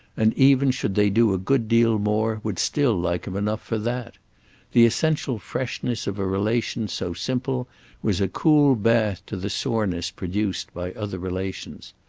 and even should they do a good deal more would still like him enough for that the essential freshness of a relation so simple was a cool bath to the soreness produced by other relations.